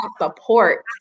support